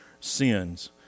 sins